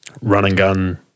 run-and-gun